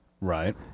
right